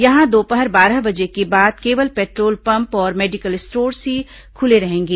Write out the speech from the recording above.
यहां दोपहर बारह बजे के बाद केवल पेट्रोल पंप और मेडिकल स्टोर्स ही खुले रहेंगे